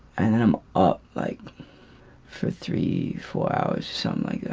and then i'm up like for three four hours something